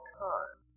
time